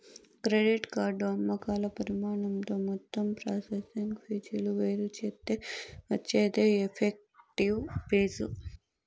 credit card అమ్మకాల పరిమాణంతో మొత్తం ప్రాసెసింగ్ ఫీజులు వేరుచేత్తే వచ్చేదే ఎఫెక్టివ్ ఫీజు